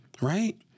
right